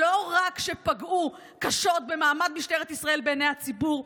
שלא רק שפגעו קשות במעמד משטרת ישראל בעיני הציבור,